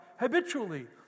Habitually